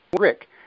Rick